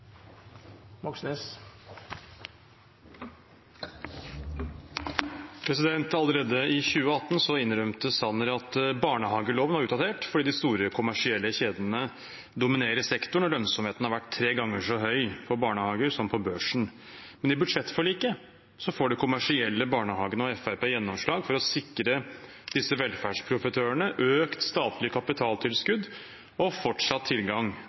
Allerede i 2018 innrømte Sanner at barnehageloven var utdatert, fordi de store kommersielle kjedene dominerte sektoren, og lønnsomheten har vært tre ganger så høy i barnehager som på børsen. Men i budsjettforliket får de kommersielle barnehagene og Fremskrittspartiet gjennomslag for å sikre disse velferdsprofitørene økt statlig kapitaltilskudd og fortsatt tilgang